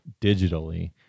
digitally